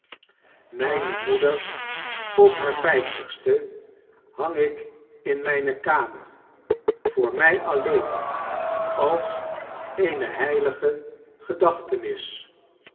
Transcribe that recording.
myne moeder op haar vyftigste hang ik in mijne kamer voor my alleen als eene heihge gedachtenis